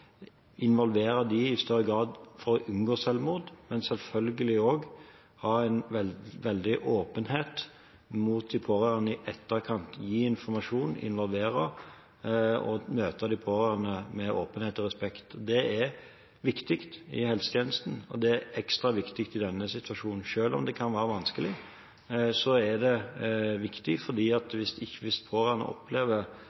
involvere dem i større grad for å unngå selvmord, men selvfølgelig også ha en stor åpenhet mot de pårørende i etterkant – gi informasjon, involvere og møte de pårørende med åpenhet og respekt. Det er viktig i helsetjenesten, og det er ekstra viktig i denne situasjonen. Selv om det kan være vanskelig, er det viktig, for hvis pårørende opplever at